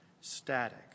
static